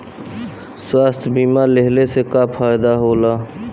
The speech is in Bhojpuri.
स्वास्थ्य बीमा लेहले से का फायदा होला?